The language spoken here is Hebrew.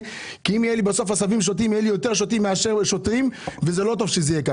כי בסוף יהיו לך יותר שוטים מאשר שוטרים ולא טוב שזה מה שיהיה.